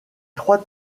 trois